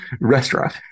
Restaurant